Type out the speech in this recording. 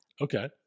Okay